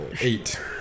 eight